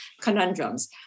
conundrums